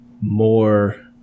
more